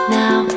now